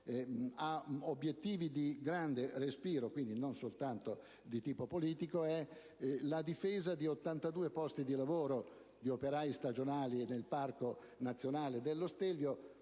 ha obiettivi di grande respiro e quindi non soltanto di tipo politico, riguarda la difesa di 82 posti di lavoro, di operai stagionali nel Parco nazionale dello Stelvio,